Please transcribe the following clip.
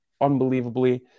unbelievably